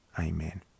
Amen